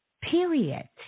Period